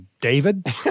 David